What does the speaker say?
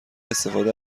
استفاده